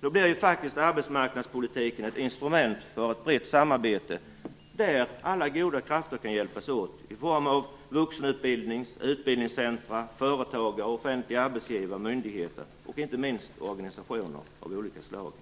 Då blir faktiskt arbetsmarknadspolitiken ett instrument för ett brett samarbete där alla goda krafter kan hjälpas åt i form av vuxenutbildning, utbildningscenter, företagare, offentliga arbetsgivare, myndigheter och inte minst organisationer av olika slag.